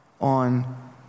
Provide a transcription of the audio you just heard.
on